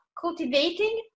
cultivating